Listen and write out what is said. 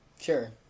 Sure